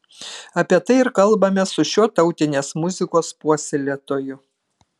apie tai ir kalbamės su šiuo tautinės muzikos puoselėtoju